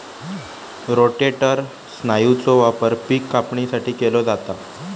rotator स्नायूचो वापर पिक कापणीसाठी केलो जाता